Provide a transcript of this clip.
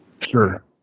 Sure